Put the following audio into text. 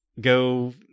go